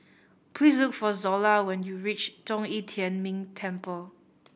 please look for Zola when you reach Zhong Yi Tian Ming Temple